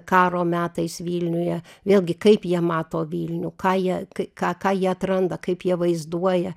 karo metais vilniuje vėlgi kaip jie mato vilnių ką jie ką ką jie atranda kaip jie vaizduoja